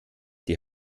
die